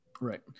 Right